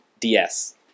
DS